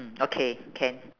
okay can